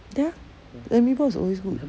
ya the meatball is always good